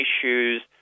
issues